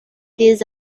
these